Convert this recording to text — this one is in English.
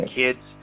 kids